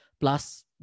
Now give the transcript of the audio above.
plus